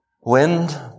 wind